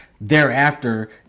thereafter